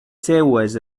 seues